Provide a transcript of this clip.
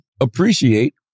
appreciate